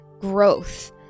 growth